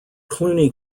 clooney